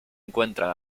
encuentran